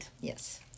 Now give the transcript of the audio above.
Yes